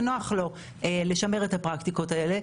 שנוח לו לשמר את הפרקטיקות האלה,